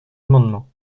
amendement